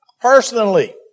personally